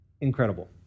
Incredible